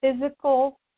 physical